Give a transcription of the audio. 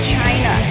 China